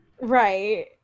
Right